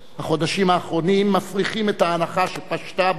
החודשים האחרונים מפריכים את ההנחה שפשטה בנו